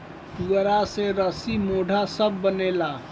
पुआरा से रसी, मोढ़ा सब बनेला